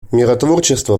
миротворчество